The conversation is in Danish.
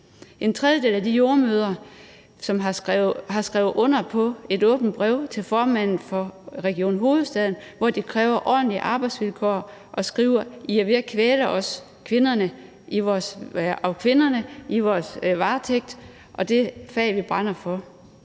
En tredjedel af jordemødrene har skrevet under på et åbent brev til formanden for Region Hovedstaden, hvor de kræver ordentlige arbejdsvilkår og skriver: »I er ved at kvæle både os, kvinderne i vores varetægt og det fag, vi brænder for.«